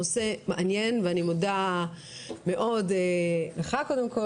זה נושא מעניין מאוד ואני מודה מאוד לך קודם,